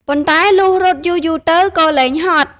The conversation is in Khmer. ប៉ុន្តែលុះរត់យូរទៅៗ ក៏លែងហត់។